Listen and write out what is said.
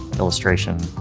illustration,